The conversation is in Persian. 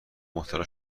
مبتلا